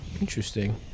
Interesting